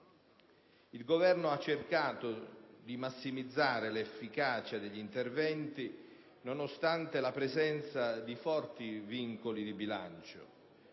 Il Governo ha cercato di massimizzare l'efficacia degli interventi nonostante la presenza di forti vincoli di bilancio.